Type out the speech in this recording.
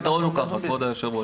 כבוד היושב ראש,